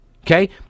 Okay